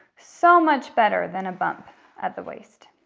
so much better than a bump at the waist.